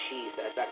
Jesus